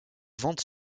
ventes